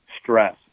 stress